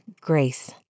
grace